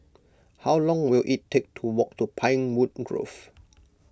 how long will it take to walk to Pinewood Grove